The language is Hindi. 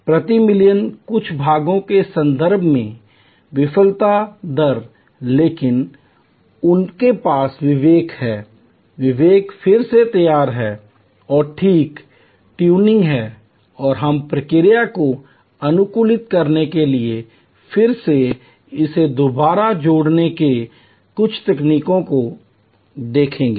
प्रति मिलियन कुछ भागों के संदर्भ में विफलता दर लेकिन उनके पास विवेक है विवेक फिर से तैयार है और ठीक ट्यूनिंग है और हम प्रक्रिया को अनुकूलित करने के लिए फिर से इस दुबारा जोड़नेके की कुछ तकनीकों को देखेंगे